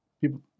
people